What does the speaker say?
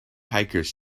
hikers